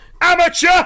amateur